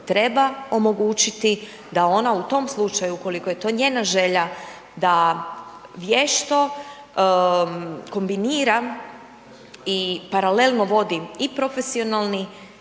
treba omogućiti da ona u tom slučaju, ukoliko je to njena želja da vješto kombinira i paralelno vodi i profesionalni